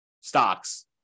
stocks